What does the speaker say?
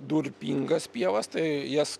durpingas pievas tai jas